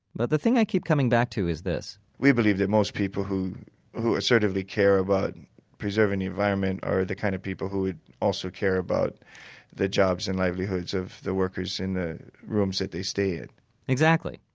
but the thing i keep coming back to is this we believe that most people who who assertively care about preserving the environment are the kind of people who would also care about the jobs and livelihoods of the workers in the rooms that they stay in exactly.